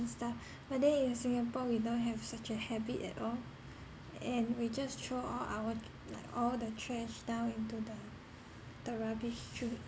and stuff but then in singapore we don't have such a habit at all and we just throw all our like all the trash down into the the rubbish chute